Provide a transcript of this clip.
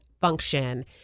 function